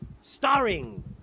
starring